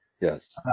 Yes